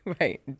right